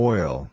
Oil